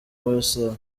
weasel